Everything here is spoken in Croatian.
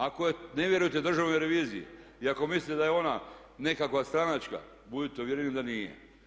Ako ne vjerujete Državnoj reviziji i ako mislite da je ona nekakva stranačka budite uvjereni da nije.